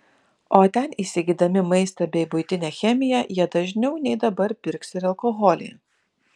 o ten įsigydami maistą bei buitinę chemiją jie dažniau nei dabar pirks ir alkoholį